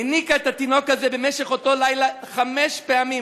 היניקה את התינוק הזה במשך אותו לילה חמש פעמים,